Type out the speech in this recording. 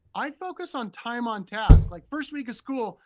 i focus on time on task. like first week of school,